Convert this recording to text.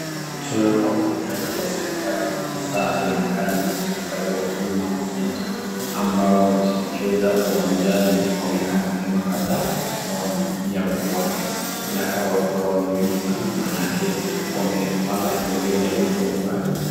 Tunaona wafanyikazi wa serikali hasa inaonekana ni wafanyikazi wa huduma(cs)center (cs) ambao wamejitokeza uwanjani wameeka mahema kadhaa na wanahudunia watu, Inakaa watu hawa ni wengi sana maanake wamepanga foleni hadi uko mbali.